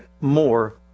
more